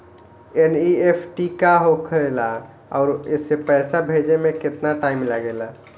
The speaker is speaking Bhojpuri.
एन.ई.एफ.टी का होखे ला आउर एसे पैसा भेजे मे केतना टाइम लागेला?